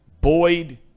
Boyd